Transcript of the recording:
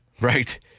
Right